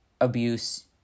abuse